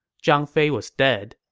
zhang fei was dead,